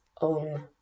own